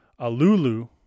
Alulu